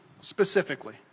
specifically